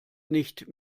nicht